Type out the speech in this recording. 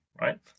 right